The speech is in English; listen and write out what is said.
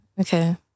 okay